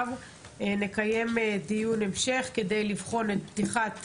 נקיים דיון המשך כדי לבחון את פתיחת